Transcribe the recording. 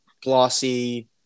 glossy